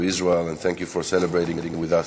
Israel and thank you for celebrating Hanukkah with us.